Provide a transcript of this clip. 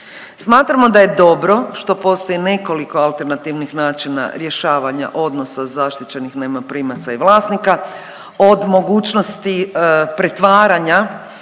Smatramo da je dobro što postoji nekoliko alternativnih načina rješavanja odnosa zaštićenih najmoprimaca i vlasnika od mogućnosti pretvaranja